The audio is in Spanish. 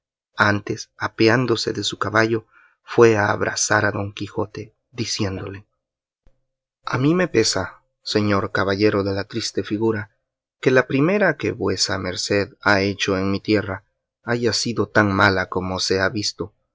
antes apeándose de su caballo fue a abrazar a don quijote diciéndole a mí me pesa señor caballero de la triste figura que la primera que vuesa merced ha hecho en mi tierra haya sido tan mala como se ha visto